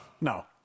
No